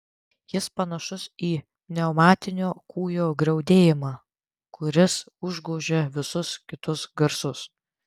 jis panašus į pneumatinio kūjo griaudėjimą kuris užgožia visus kitus garsus